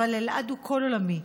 אבל אלעד הוא כל עולמי,